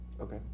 Okay